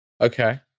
Okay